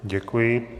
Děkuji.